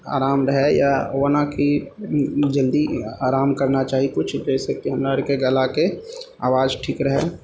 आराम रहय या ओना कि जल्दी आराम करना चाही किछु जैसँ की हमरा आरके गलाके आवाज ठीक रहय